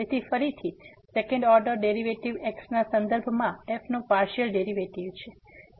તેથી ફરીથી second order derivative x ના સંદર્ભમાં f નું પાર્સીઅલ ડેરીવેટીવ છે